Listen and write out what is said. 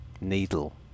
needle